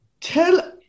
tell